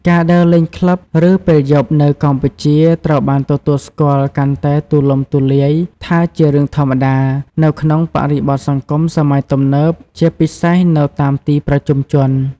ការដើរលេងក្លឹប ឬពេលយប់នៅកម្ពុជា ត្រូវបានទទួលស្គាល់កាន់តែទូលំទូលាយថាជារឿងធម្មតា នៅក្នុងបរិបទសង្គមសម័យទំនើប ជាពិសេសនៅតាមទីប្រជុំជន ។